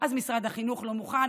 אז משרד החינוך לא מוכן,